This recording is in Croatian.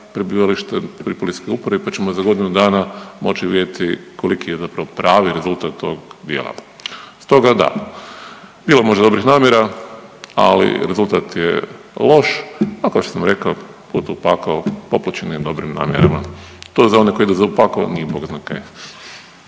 prebivalište Prve policijske uprave, pa ćemo za godinu dana moći vidjeti koliki je zapravo pravi rezultat tog dijela. Stoga da, bilo je možda dobrih namjera ali rezultat je loš, a kao što sam rekao put u pakao popločen je dobrim namjerama. To je za one koji idu u pakao nije bog zna